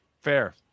Fair